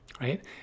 right